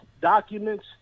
documents